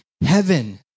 heaven